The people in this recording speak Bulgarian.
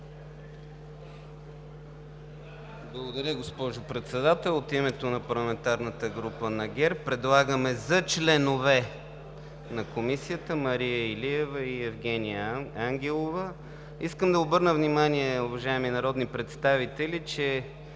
Благодаря, госпожо Председател. От името на парламентарната група на ГЕРБ предлагаме за членове на Комисията Мария Илиева и Евгения Ангелова. Искам да обърна внимание, уважаеми народни представители, че